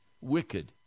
wicked